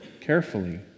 carefully